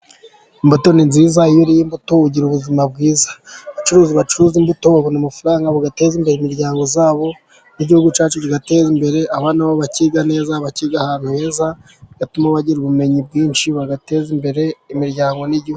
Imbuto ni nziza, iyo uriye imbuto ugira ubuzima bwiza. Abacuruzi bacuruza imbuto babona amafaranga, bagateza imbere imiryango yabo n'igihugu cyacu kigatere imbere, abana babo bakiga neza bakiga ahantu heza, bigatuma bagira ubumenyi bwinshi, bagateza imbere imiryango n'igihugu.